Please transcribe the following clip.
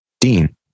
Dean